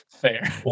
Fair